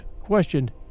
questioned